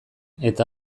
eta